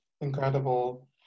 Incredible